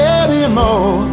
anymore